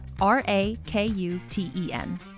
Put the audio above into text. R-A-K-U-T-E-N